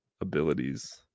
abilities